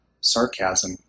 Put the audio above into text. sarcasm